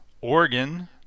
Oregon